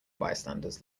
bystanders